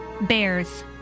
Bears